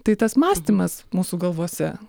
tai tas mąstymas mūsų galvose